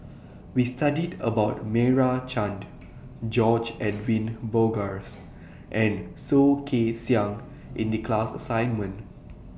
We studied about Meira Chand George Edwin Bogaars and Soh Kay Siang in The class assignment